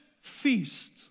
feast